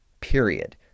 period